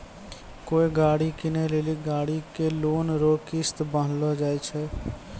कोय गाड़ी कीनै लेली गाड़ी के लोन रो किस्त बान्हलो जाय छै